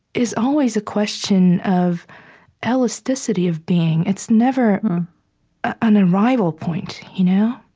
is always a question of elasticity of being. it's never an arrival point, you know?